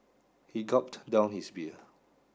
he gulped down his beer